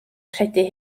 credu